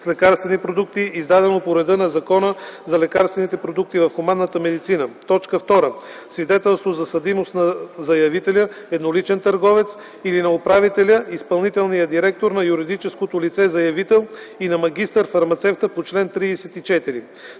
с лекарствени продукти, издадено по реда на Закона за лекарствените продукти в хуманната медицина; 2. свидетелство за съдимост на заявителя - едноличен търговец, или на управителя/изпълнителния директор на юридическото лице-заявител, и на магистър-фармацевта по чл. 34;